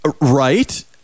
Right